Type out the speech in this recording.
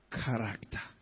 character